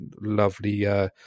Lovely